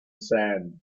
sand